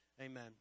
Amen